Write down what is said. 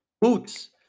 Boots